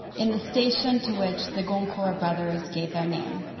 in the station to which the goncourt brothers gave their name.